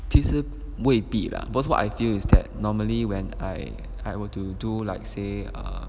其实未必 lah because what I feel is that normally when I want to do like say err